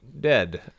dead